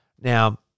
Now